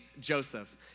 Joseph